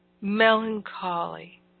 melancholy